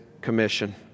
commission